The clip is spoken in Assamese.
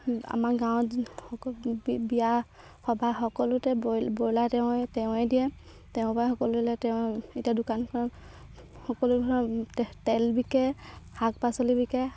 আমাৰ গাঁৱত বিয়া সবাহ সকলোতে বইল ব্ৰইলাৰ তেওঁ তেৱেঁ দিয়ে তেওঁৰ পৰা সকলোৱে লয় তেওঁ এতিয়া দোকানখন সকলো ধৰণৰ তেল বিকে শাক পাচলি বিকে